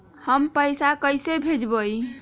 हम पैसा कईसे भेजबई?